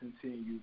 continue